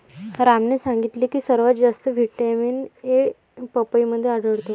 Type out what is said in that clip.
रामने सांगितले की सर्वात जास्त व्हिटॅमिन ए पपईमध्ये आढळतो